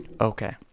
Okay